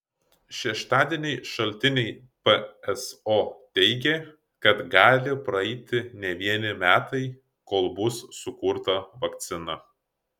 šeštadienį šaltiniai pso teigė kad gali praeiti ne vieni metai kol bus sukurta vakcina